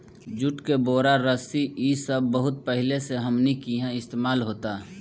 जुट के बोरा, रस्सी इ सब बहुत पहिले से हमनी किहा इस्तेमाल होता